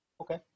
Okay